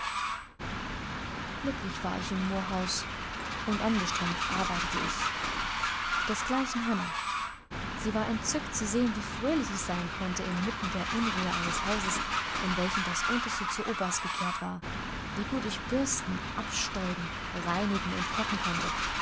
glücklich war ich in moor house und angestrengt arbeitete ich desgleichen hannah sie war entzückt zu sehen wie fröhlich ich sein konnte inmitten der unruhe eines hauses in welchem das unterste zu oberst gekehrt war wie gut ich bürsten abstäuben reinigen und kochen konnte